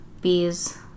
Bees